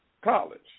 college